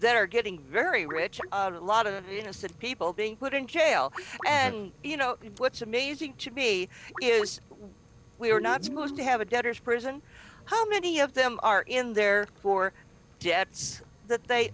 that are getting very rich a lot of innocent people being put in jail and you know what's amazing to me is we are not supposed to have a debtors prison how many of them are in there for debts that they